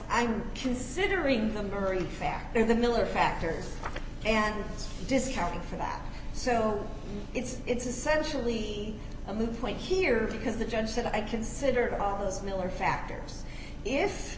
i'm considering them during factor the miller factors and discounting for that so it's it's essentially a moot point here because the judge said i consider all those miller factors if